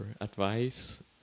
advice